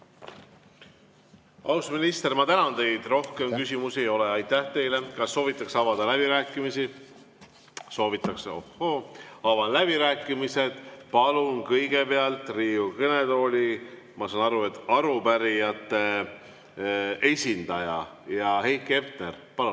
minister, ma tänan teid! Rohkem küsimusi ei ole. Aitäh teile! Kas soovitakse avada läbirääkimisi? Soovitakse. Ohoo! Avan läbirääkimised. Palun kõigepealt Riigikogu kõnetooli, ma saan aru, arupärijate esindaja Heiki Hepneri. Palun!